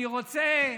אני רוצה,